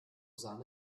sahne